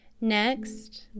Next